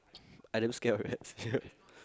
I damn scared of rats yeah